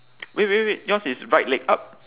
wait wait wait yours is right leg up